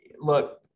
look